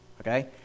Okay